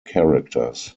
characters